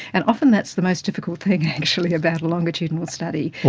and often that's the most difficult thing actually about a longitudinal study,